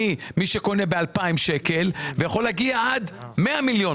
ממי שקונה ב-2,000 שקלים ועד 100 מיליון.